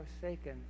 forsaken